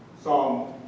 Psalm